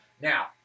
Now